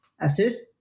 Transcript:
assist